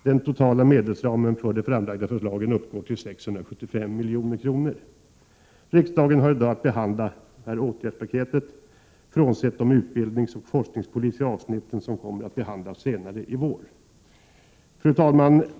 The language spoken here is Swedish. Den totala medelsramen för de framlagda förslagen uppgår till 675 milj.kr. Riksdagen har i dag att behandla detta åtgärdspaket, frånsett de utbildningsoch forskningspolitiska avsnitten, som kommer att behandlas senare i vår. Fru talman!